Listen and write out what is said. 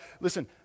listen